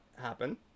happen